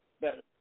better